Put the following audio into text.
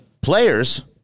players